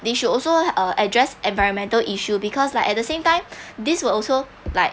they should also uh address environmental issue because like at the same time this will also like